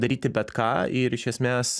daryti bet ką ir iš esmės